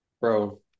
bro